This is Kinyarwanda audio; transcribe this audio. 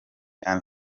and